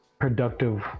productive